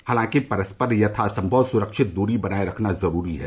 हालांकि परस्पर यथासम्भव सुरक्षित दूरी बनाये रखना जरूरी है